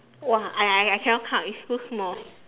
!wah! I I I cannot count it's too small